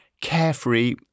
carefree